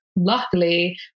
Luckily